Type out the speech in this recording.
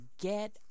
get